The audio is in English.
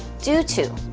due to,